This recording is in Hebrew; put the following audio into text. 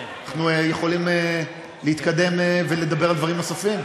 אנחנו יכולים להתקדם ולדבר על דברים נוספים?